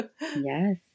Yes